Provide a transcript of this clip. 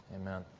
amen